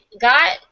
got